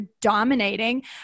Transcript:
dominating